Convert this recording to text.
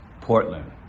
Portland